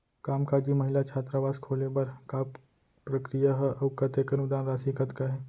कामकाजी महिला छात्रावास खोले बर का प्रक्रिया ह अऊ कतेक अनुदान राशि कतका हे?